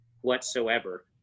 whatsoever